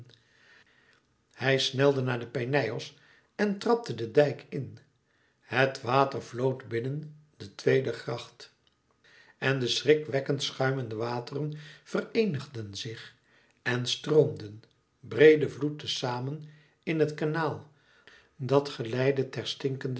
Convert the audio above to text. hij snelde naar den peneios en trapte den dijk in het water vloot binnen den tweeden gracht en de schrikwekkend schuimende wateren vereenigden zich en stroomden breede vloed te zamen in het kanaal dat geleidde